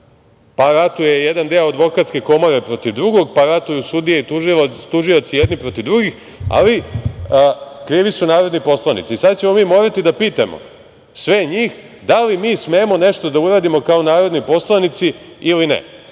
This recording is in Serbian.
pa ratuje jedan deo Advokatske komore protiv drugog, pa ratuju sudije i tužioci jedni protiv drugih, ali krivi su narodni poslanici. I sada ćemo mi morati da pitamo sve njih da li mi smemo nešto da uradimo kao narodni poslanici ili